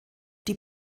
die